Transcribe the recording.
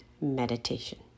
Meditation